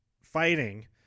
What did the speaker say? fighting